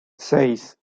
seis